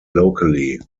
locally